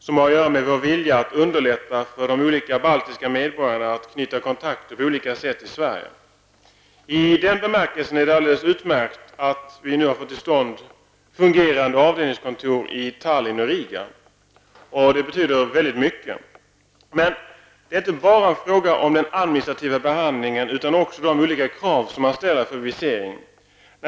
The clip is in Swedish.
Den har att göra med vår vilja att underlätta för de baltiska medborgarna att på olika sätt knyta kontakter i Sverige. I den bemärkelsen är det alldeles utmärkt att vi nu har fått till stånd fungerande avdelningskontor i Tallinn och Riga. Det betyder väldigt mycket. Men det är inte bara en fråga om den administrativa behandlingen, utan även om de olika krav som man ställer för visering.